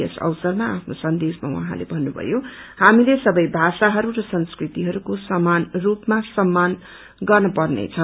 यस अवसरमा आफ्नो सन्देशमा उहाँले भन्नुभयो हामीले सबै भाषाहरू र संस्कृतिजहरूको समान रूपमा सम्मान गर्न पर्नेछ